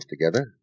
together